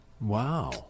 Wow